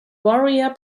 warrior